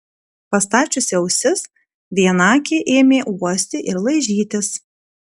pastačiusi ausis vienakė ėmė uosti ir laižytis